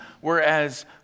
whereas